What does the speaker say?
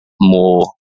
more